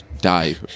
die